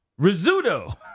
Rizzuto